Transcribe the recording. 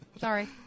Sorry